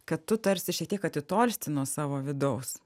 kad tu tarsi šiek tiek atitolsti nuo savo vidaus